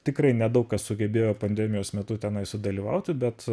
tikrai nedaug kas sugebėjo pandemijos metu tenai sudalyvauti bet